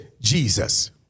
Jesus